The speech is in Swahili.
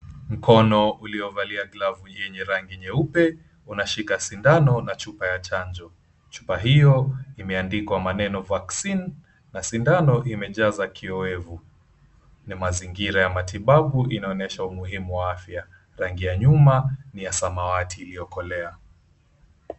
Mkono uliovalia glavu yenye rangi nyeupe unashika sindano na chupa ya chanjo, chupa hio imeandikwa maneno vaccine na sindano imejaza kiowevu, ni mazingira ya matibabu inaonyesha umuhimu wa afya. Rangi ya nyuma ni ya samawati iliyokolea.